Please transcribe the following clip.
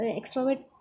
extrovert